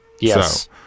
Yes